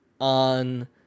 on